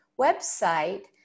website